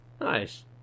Nice